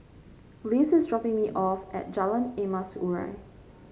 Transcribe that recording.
Liz is dropping me off at Jalan Emas Urai